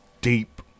deep